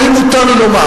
האם מותר לי לומר,